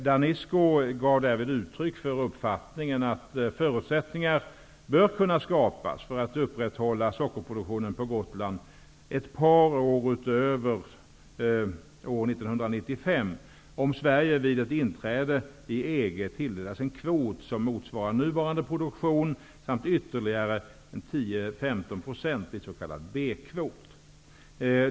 Danisco gav därvid uttryck för uppfattningen att förutsättningar bör kunna skapas för att upprätthålla sockerproduktionen på Gotland ett par år utöver år 1995, om Sverige vid ett inträde i EG tilldelas en kvot som motsvarar nuvarande produktion samt ytterligare 10-15 % i s.k. B-kvot.